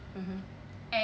mmhmm